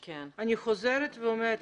אני חוזרת ואומרת,